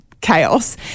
chaos